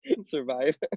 survive